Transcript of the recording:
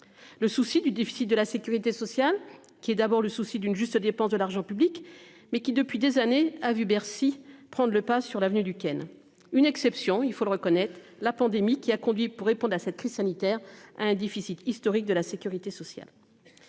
Le souci du déficit de la Sécurité sociale qui est d'abord le souci d'une juste dépense de l'argent public mais qui, depuis des années a vue Bercy prendre le pas sur l'avenue Duquesne une exception, il faut le reconnaître, la pandémie qui a conduit pour répondre à cette crise sanitaire a un déficit historique de la sécurité sociale.